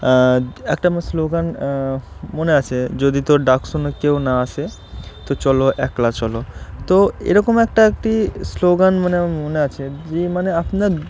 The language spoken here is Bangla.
একটা আমার স্লোগান মনে আছে যদি তোর ডাক শুনে কেউ না আসে তো চলো একলা চলো তো এরকম একটা একটি স্লোগান মানে আমার মনে আছে যে মানে আপনার